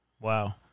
Wow